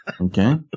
Okay